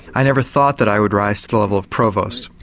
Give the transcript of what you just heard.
i never thought that i would rise to the level of provost.